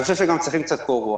אני גם חושב שצריכים קצת קור רוח.